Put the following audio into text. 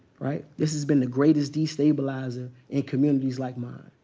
right? this has been the greatest destabilizer in communities like mine.